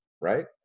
right